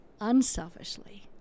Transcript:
unselfishly